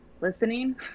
Listening